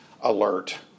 alert